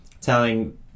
telling